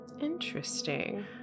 Interesting